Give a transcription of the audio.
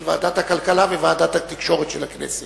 ועדת הכלכלה וועדת התקשורת של הכנסת.